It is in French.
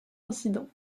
incident